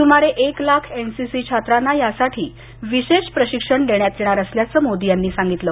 सुमारे एक लाख एनसीसी छात्रांना यासाठी विशेष प्रशिक्षण देण्यात येणार असल्याचं मोदी यांनी सांगितलं